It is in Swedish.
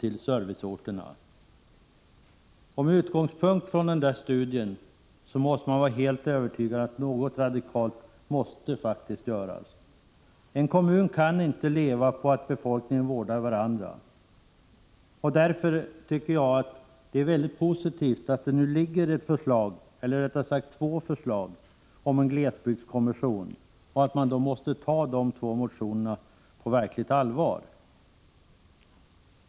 Med utgångspunkt från vad som föreslås i studien måste man vara helt övertygad om att något radikalt faktiskt måste göras. En kommun kan inte leva på att människorna i kommunen vårdar varandra. Därför tycker jag att det är mycket positivt att det nu finns ett förslag — eller rättare sagt två — om en glesbygdskommission. Vi måste ta de två motionerna på verkligt allvar.